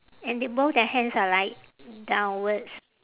and they both their hands are like downwards